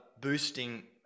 boosting